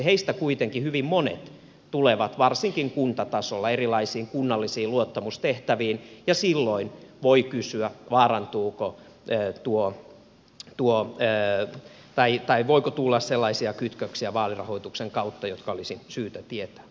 heistä kuitenkin hyvin monet tulevat varsinkin kuntatasolla erilaisiin kunnallisiin luottamustehtäviin ja silloin voi kysyä voiko tulla vaalirahoituksen kautta sellaisia kytköksiä jotka olisi syytä tietää